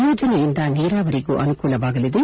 ಯೋಜನೆಯಿಂದ ನೀರಾವರಿಗೂ ಅನುಕೂಲವಾಗಲಿದೆ